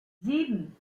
sieben